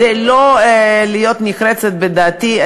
כדי שלא להיות נחרצת בדעתי,